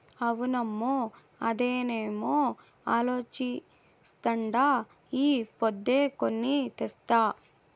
అవునమ్మో, అదేనేమో అలోచిస్తాండా ఈ పొద్దే కొని తెస్తా